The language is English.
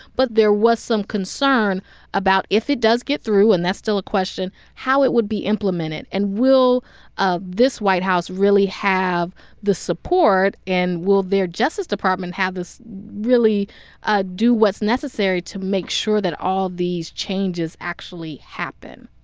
but there was some concern about if it does get through and that's still a question how it would be implemented. and will ah this white house really have the support? and will their justice department have the really ah do what's necessary to make sure that all these changes actually happen?